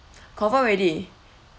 confirmed already